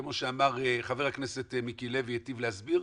כמו שחבר הכנסת מיקי לוי היטיב להסביר,